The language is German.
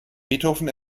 beethoven